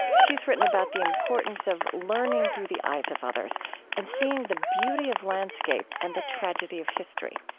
she's written about the importance of learning through the eyes of others and seeing the beauty of landscape and the tragedy of history.